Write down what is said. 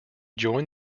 joined